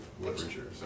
literature